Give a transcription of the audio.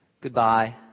Goodbye